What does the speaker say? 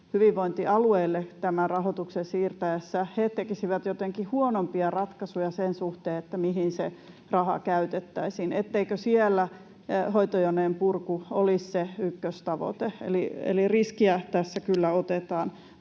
hyvinvointialueille tämän rahoituksen siirtyessä he tekisivät jotenkin huonompia ratkaisuja sen suhteen, mihin se raha käytettäisiin, etteikö siellä hoitojonojen purku olisi se ykköstavoite. Eli riskiä tässä kyllä otetaan.